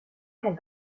kein